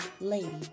LADY